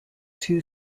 two